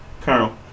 Colonel